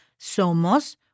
somos